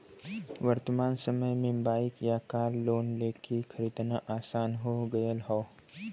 वर्तमान समय में बाइक या कार लोन लेके खरीदना आसान हो गयल हौ